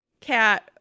cat